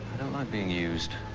don't like being used.